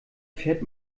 fährt